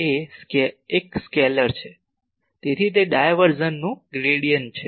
તેથી તે Az એ એક સ્કેલેર છે તેથી તે ડાયવર્ઝન નું ગ્રેડીયંટ છે